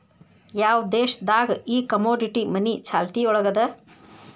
ಯಾವ್ ದೇಶ್ ದಾಗ್ ಈ ಕಮೊಡಿಟಿ ಮನಿ ಚಾಲ್ತಿಯೊಳಗದ?